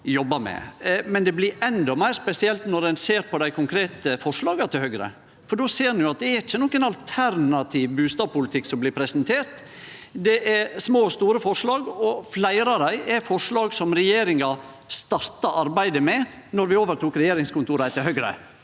med. Det blir endå meir spesielt når ein ser på dei konkrete forslaga til Høgre, for då ser ein at det ikkje er nokon alternativ bustadpolitikk som blir presentert. Det er små og store forslag, og fleire av dei er forslag som regjeringa starta arbeidet med då vi overtok regjeringskontora etter Høgre,